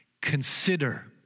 Consider